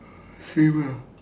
same ah